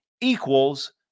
equals